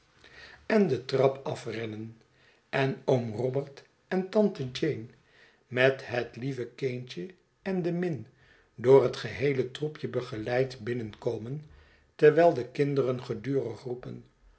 en de trap afrennen en oom robert en tante jane met het lieve kindje en de min door het geheele troepje begeleid binnenkomen terwijl de kinderen gedurig roepen